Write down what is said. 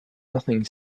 nothing